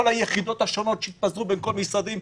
היחידות השונות שיתפזרו בין כל המשרדים,